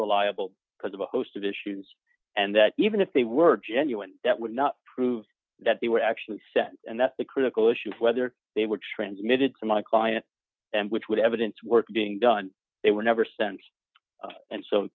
reliable because of a host of issues and that even if they were genuine that would not prove that they were actually sent and that's the critical issue whether they were transmitted to my client which would evidence were being done they were never sent and so